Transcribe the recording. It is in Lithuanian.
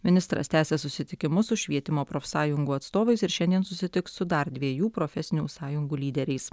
ministras tęsia susitikimus su švietimo profsąjungų atstovais ir šiandien susitiks su dar dviejų profesinių sąjungų lyderiais